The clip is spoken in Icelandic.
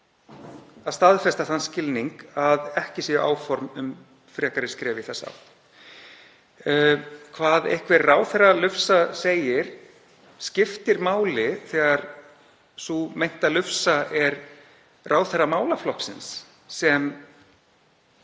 að staðfesta þann skilning að ekki séu áform um frekari skref í þessa átt. Hvað einhver ráðherralufsa segir skiptir máli þegar sú meinta lufsa er ráðherra málaflokksins sem